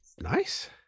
nice